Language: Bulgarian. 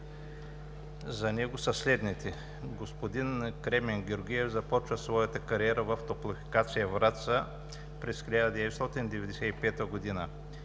за него са следните: господин Кремен Георгиев започва своята кариера в „Топлофикация“ – Враца, през 1995 г.